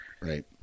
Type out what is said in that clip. Right